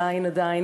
עדיין,